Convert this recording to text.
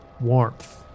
Warmth